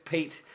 Pete